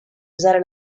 usare